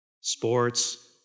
sports